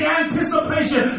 anticipation